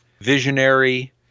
visionary